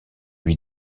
lui